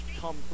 come